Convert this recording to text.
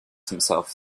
himself